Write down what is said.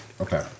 Okay